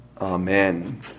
Amen